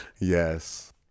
Yes